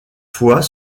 fois